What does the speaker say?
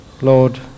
Lord